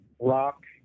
rock